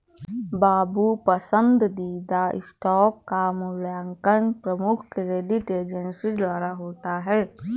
बाबू पसंदीदा स्टॉक का मूल्यांकन प्रमुख क्रेडिट एजेंसी द्वारा होता है